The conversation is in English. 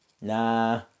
Nah